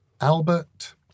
Albert